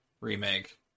remake